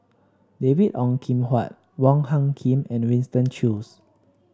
David Ong Kim Huat Wong Hung Khim and Winston Choos